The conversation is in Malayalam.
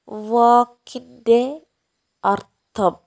വാക്കിന്റെ അർത്ഥം